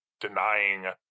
denying